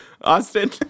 Austin